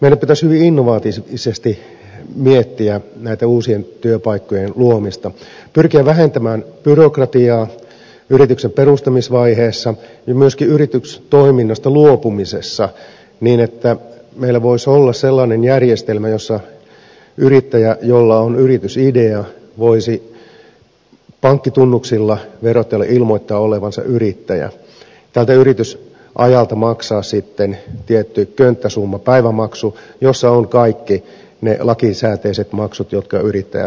meidän pitäisi hyvin innovatiivisesti miettiä näitten uusien työpaikkojen luomista pyrkiä vähentämään byrokratiaa yrityksen perustamisvaiheessa ja myöskin yritystoiminnasta luopumisessa niin että meillä voisi olla sellainen järjestelmä jossa yrittäjä jolla on yritysidea voisi pankkitunnuksilla verottajalle ilmoittaa olevansa yrittäjä tältä yritysajalta maksaa sitten tietyn könttäsummapäivämaksun jossa on kaikki ne lakisääteiset maksut jotka yrittäjälle kuuluvat